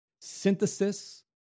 synthesis